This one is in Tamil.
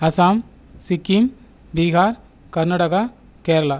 அஸாம் சிக்கிம் பீகார் கர்நாடகா கேரளா